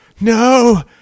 No